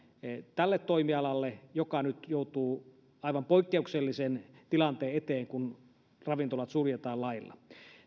tälle toimialalle joka nyt joutuu aivan poikkeuksellisen tilanteen eteen kun ravintolat suljetaan lailla